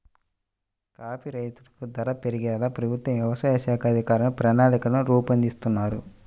coffee రైతులకు ధర పెరిగేలా ప్రభుత్వ వ్యవసాయ శాఖ అధికారులు ప్రణాళికలు రూపొందిస్తున్నారు